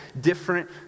Different